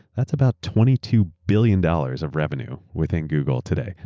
that's about twenty two billion dollars of revenue within google today.